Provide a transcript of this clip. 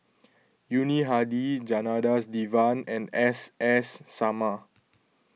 Yuni Hadi Janadas Devan and S S Sarma